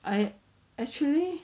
I actually